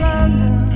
London